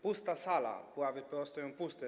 Pusta sala, ławy PO stoją puste.